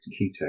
keto